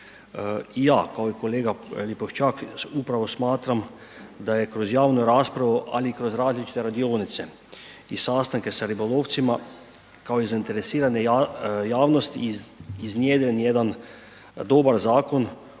Ja kao i kolega Lipošćak upravo smatram da je kroz javnu raspravu ali i kroz različite radionice i sastanke sa ribolovcima kao i zainteresirane javnosti, iznjedren jedan dobar zakon